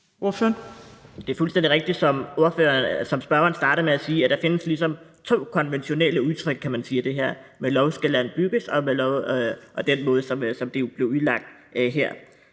(RV): Det er fuldstændig rigtigt, som spørgeren startede med at sige, at der ligesom findes to konventionelle udtryk, kan man sige, af det her, altså »med lov skal land bygges«, og den måde, som det jo blev udlagt her.